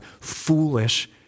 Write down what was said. foolish